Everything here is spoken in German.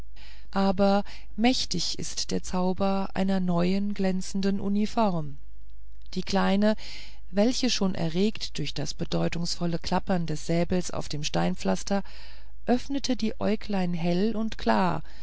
aber mächtig ist der zauber einer neuen glänzenden uniform die kleine vielleicht schon erregt durch das bedeutungsvolle klappern des säbels auf dem steinpflaster öffnete die äugelein hell und klar